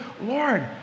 Lord